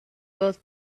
both